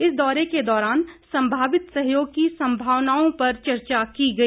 इस दौरे के दौरान सम्भावित सहयोग की सम्भावनाओं पर चर्चा की गई